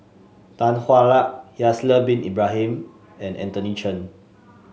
Tan Hwa Luck Haslir Bin Ibrahim and Anthony Chen